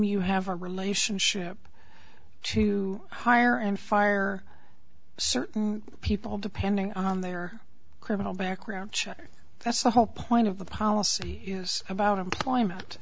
you have a relationship to hire and fire certain people depending on their criminal background check that's the whole point of the policy is about employment